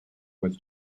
was